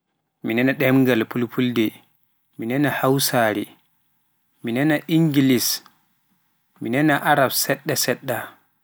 mi nanaan ɗembal Filfilde, mi nanaa Hausare, mi nanana Inghilis mi nananaa Arab saɗɗa-seɗɗa.